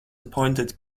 appointed